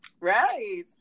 right